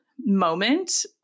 moment